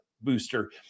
booster